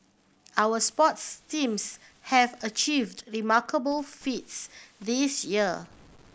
our sports teams have achieved remarkable feats this year